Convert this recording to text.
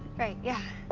right. yeah.